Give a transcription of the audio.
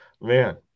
man